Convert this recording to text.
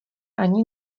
ani